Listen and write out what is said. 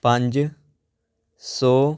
ਪੰਜ ਸੌ